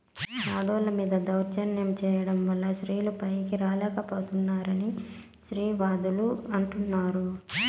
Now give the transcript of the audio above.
ఆడోళ్ళ మీద దౌర్జన్యం చేయడం వల్ల స్త్రీలు పైకి రాలేక పోతున్నారని స్త్రీవాదులు అంటుంటారు